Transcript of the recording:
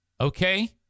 okay